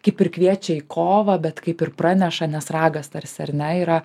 kaip ir kviečia į kovą bet kaip ir praneša nes ragas tarsi ar ne yra